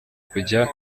kujya